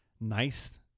nice